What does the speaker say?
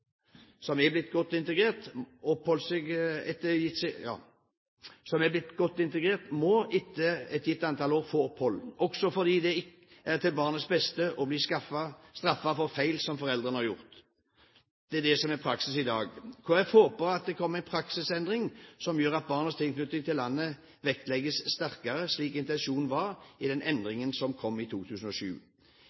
må etter et gitt antall år få opphold, også fordi det ikke er til barnas beste å bli straffet for feil som foreldrene har gjort. Det er det som er praksis i dag. Kristelig Folkeparti håper at det kommer en praksisendring som gjør at barns tilknytning til landet vektlegges sterkere, slik intensjonen var i den endringen som kom i 2007.